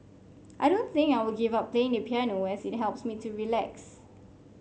I don't think I will give up playing the piano as it helps me to relax